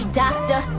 doctor